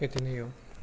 यति नै हो